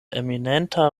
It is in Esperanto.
eminenta